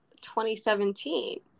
2017